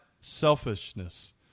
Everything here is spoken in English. selfishness